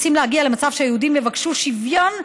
רוצים להגיע למצב שהיהודים יבקשו שוויון,